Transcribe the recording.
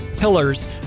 pillars